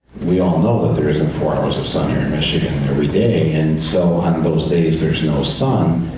we all know there isn't four hours of sun here in michigan every day, and so on those days there's no sun.